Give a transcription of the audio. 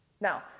Now